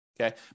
okay